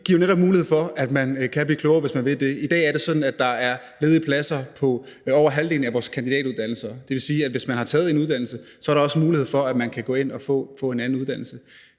vi giver netop mulighed for, at man kan blive klogere, hvis man vil det. I dag er det sådan, at der er ledige pladser på over halvdelen af vores kandidatuddannelser. Det vil sige, at hvis man har taget en uddannelse, er der også mulighed for, at man kan gå ind og få en anden uddannelse.